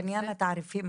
בעניין התעריפים,